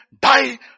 die